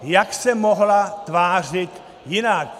Jak se mohla tvářit jinak?